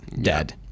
dead